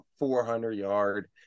400-yard